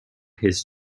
his